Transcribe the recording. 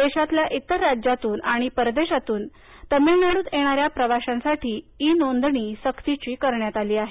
देशातल्या इतर राज्यातुन आणि परदेशातून तामिळनाडूत येणाऱ्या प्रवाश्यांसाठी ई नोंदणी सक्तीची करण्यात आली आहे